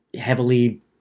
heavily